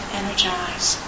energize